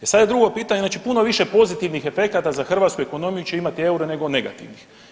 E sad je drugo pitanje, znači puno više pozitivnih efekata za hrvatsku ekonomiju će imati euro nego negativnih.